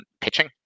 pitching